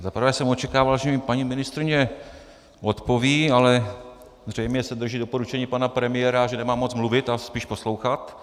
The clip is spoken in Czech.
Za prvé jsem očekával, že mi paní ministryně odpoví, ale zřejmě se drží doporučení pana premiéra, že nemá moc mluvit a spíš poslouchat.